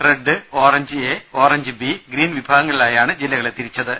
red orange A orange B green വിഭാഗങ്ങളിലായാണ് ജില്ലകളെ തിരിച്ചത്